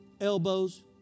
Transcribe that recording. Elbows